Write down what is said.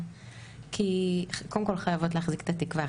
כי קודם כול חייבות להחזיק את התקווה,